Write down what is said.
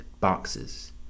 boxes